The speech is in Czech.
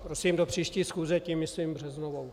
Prosím do příští schůze, tím myslím březnovou.